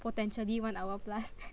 potentially one hour plus